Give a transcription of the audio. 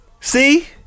See